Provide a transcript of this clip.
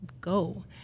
go